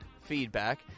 feedback